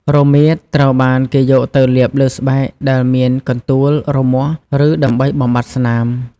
រមៀត ត្រូវបានគេយកទៅលាបលើស្បែកដែលមានកន្ទួល រមាស់ ឬ ដើម្បីបំបាត់ស្នាម។